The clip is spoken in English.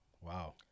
Wow